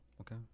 Okay